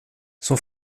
son